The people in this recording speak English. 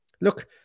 look